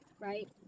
right